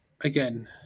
again